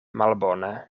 malbone